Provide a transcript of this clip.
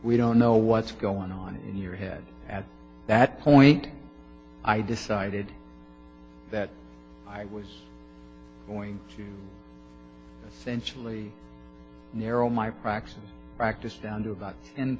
we don't know what's going on in your head at that point i decided that i was going to sense really narrow my practice practice down to about